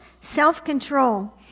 self-control